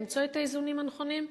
למצוא את האיזונים הנכונים,